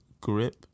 grip